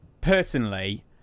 personally